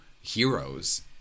heroes